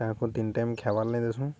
କାହାକୁ ତିନ ଟାଇମ ଖାଇବାର୍ ଲାଗି ଦେସୁଁ